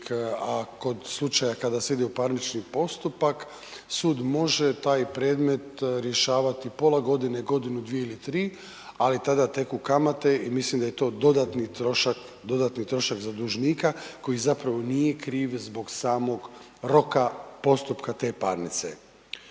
a kod slučaja kada se ide u parnični postupak, sud može taj predmet rješavati pola godine, godinu, 2 ili 3, ali tada teku kamate i mislim da je to dodatni trošak za dužnika koji zapravo nije kriv zbog samog roka postupka te parnice.